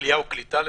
עלייה וקליטה למשל.